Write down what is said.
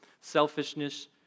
selfishness